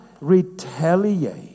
retaliate